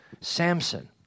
Samson